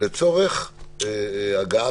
לצורך הגעה